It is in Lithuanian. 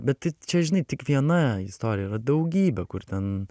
bet tai čia žinai tik viena istorija yra daugybė kur ten